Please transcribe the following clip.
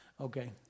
okay